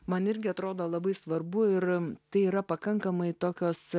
man irgi atrodo labai svarbu ir tai yra pakankamai tokios